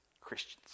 christians